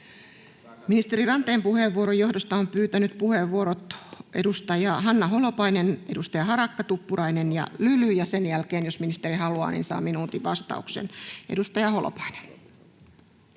Ministeri Ranteen puheenvuoron johdosta ovat puheenvuorot pyytäneet edustaja Hanna Holopainen, edustajat Harakka, Tuppurainen ja Lyly, ja sen jälkeen ministeri, jos haluaa, saa minuutin vastauksen. — Edustaja Holopainen.